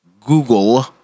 Google